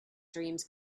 dreams